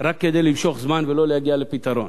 רק כדי למשוך זמן ולא להגיע לפתרון.